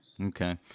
Okay